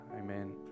Amen